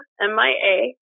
M-I-A